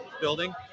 building